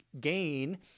gain